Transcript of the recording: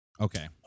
Okay